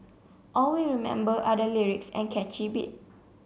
all we remember are the lyrics and catchy beat